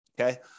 Okay